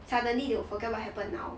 suddenly they will forget what happen now